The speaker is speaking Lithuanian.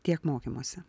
tiek mokymuose